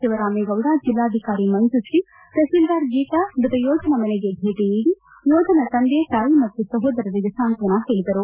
ಶಿವರಾಮೇಗೌಡ ಜಿಲ್ಲಾಧಿಕಾರಿ ಮಂಜುತ್ರೀ ತಪಸೀಲ್ದಾರ್ ಗೀತಾ ಮೃತ ಯೋಧನ ಮನೆಗೆ ಭೇಟಿ ನೀಡಿ ಯೋಧನ ತಂದೆ ತಾಯಿ ಮತ್ತು ಸಹೋದರರಿಗೆ ಸಾಂತ್ವನ ಹೇಳಿದರು